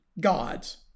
gods